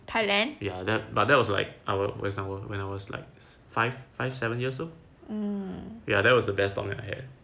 ya then but that was like our when I was when I was like five five seven years old ya that was the best tom yum I had